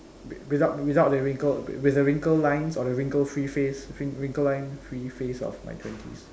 without without the wrinkles with the wrinkle lines or the wrinkle free face wrinkle line free face of my twenties